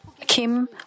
Kim